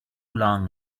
long